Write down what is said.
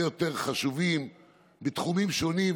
בתקופה כזאת שבה אין ימי עבודה,